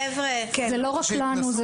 זה לא רק לנו.